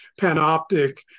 panoptic